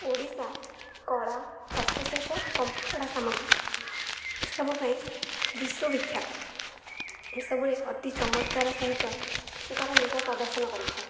ଓଡ଼ିଶା କଳା ହସ୍ତଶିଳ୍ପ କପଡ଼ା ସାମଗ୍ରୀ ଏସବୁ ପାଇଁ ବିଶ୍ୱବିଖ୍ୟାତ ଏସବୁରେ ଅତି ଚମତ୍କାର ସହିତ ସେ ତାର ନିଜ ପ୍ରଦର୍ଶନ କରିଥାଏ